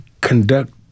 conduct